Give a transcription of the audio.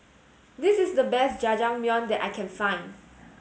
this is the best Jajangmyeon that I can find